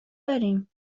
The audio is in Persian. داریم